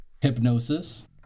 hypnosis